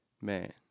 Man